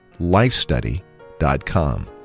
lifestudy.com